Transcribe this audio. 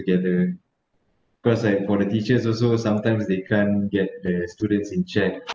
together cause like for the teachers also sometime they can't get the students in check